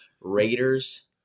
Raiders